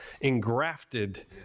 engrafted